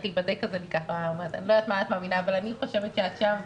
להיבדק אני אומרת 'אני לא יודעת במה את מאמינה אבל אני חושבת שאת שם,